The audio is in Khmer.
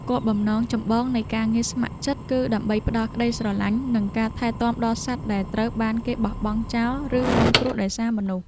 គោលបំណងចម្បងនៃការងារស្ម័គ្រចិត្តគឺដើម្បីផ្ដល់ក្ដីស្រឡាញ់ និងការថែទាំដល់សត្វដែលត្រូវបានគេបោះបង់ចោល ឬរងគ្រោះថ្នាក់ដោយសារមនុស្ស។